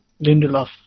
Lindelof